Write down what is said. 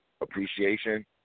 appreciation